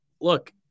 Look